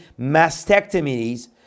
mastectomies